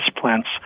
plants